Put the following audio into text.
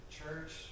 church